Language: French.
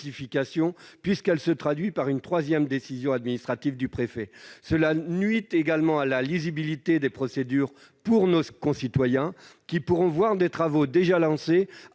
mesure] se traduit par une troisième décision administrative du préfet ». En outre, cela nuira à la lisibilité des procédures pour nos concitoyens, qui pourront voir des travaux se lancer